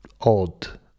odd